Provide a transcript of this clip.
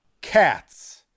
Cats